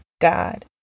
God